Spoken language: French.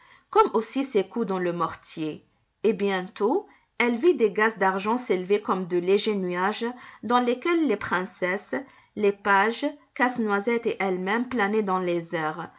comme aussi ses coups dans le mortier et bientôt elle vit des gazes d'argent s'élever comme de légers nuages dans lesquels les princesses les pages casse-noisette et elle-même planaient dans les